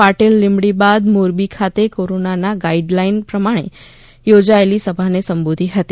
પાટિલ લીંબડી બાદ મોરબી ખાતે corona guide line પ્રમાણે યોજાયેલી સભાને સંબોધી હતી